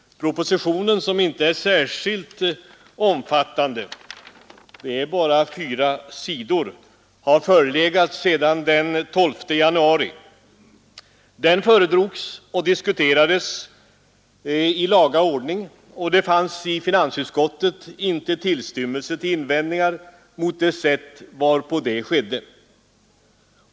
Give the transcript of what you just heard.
Propositionen, som inte är särskilt omfattande — den har bara fyra sidor — har förelegat sedan den 12 januari. Den föredrogs och diskuterades i laga ordning, och det fanns i utskottet inte tillstymmelse till invändningar mot det sätt varpå det skedde.